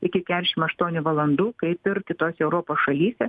iki keturiasdešim aštuonių valandų kaip ir kitose europos šalyse